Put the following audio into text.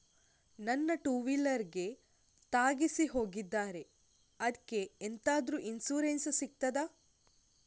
ನನ್ನ ಟೂವೀಲರ್ ಗೆ ತಾಗಿಸಿ ಹೋಗಿದ್ದಾರೆ ಅದ್ಕೆ ಎಂತಾದ್ರು ಇನ್ಸೂರೆನ್ಸ್ ಸಿಗ್ತದ?